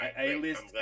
A-list